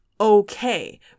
okay